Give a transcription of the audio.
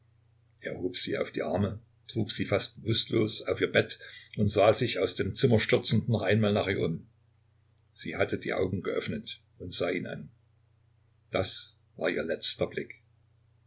er hob sie auf die arme trug sie fast bewußtlos auf ihr bett und sah sich aus dem zimmer stürzend noch einmal nach ihr um sie hatte die augen geöffnet und sah ihn an das war ihr letzter blick